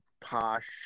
posh